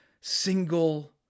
single